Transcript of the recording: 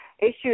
issues